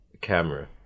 camera